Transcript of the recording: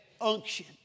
unction